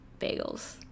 bagels